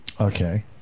Okay